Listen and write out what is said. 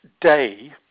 day